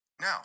Now